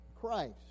Christ